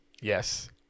Yes